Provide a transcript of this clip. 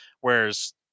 whereas